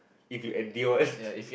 if you endure